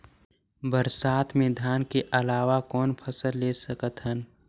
बरसात मे धान के अलावा कौन फसल ले सकत हन?